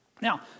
Now